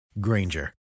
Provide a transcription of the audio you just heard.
Granger